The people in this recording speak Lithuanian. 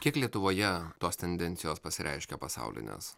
kiek lietuvoje tos tendencijos pasireiškia pasaulinės